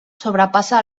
sobrepassa